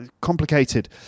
complicated